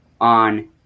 on